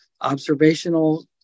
observational